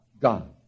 God